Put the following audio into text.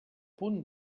punt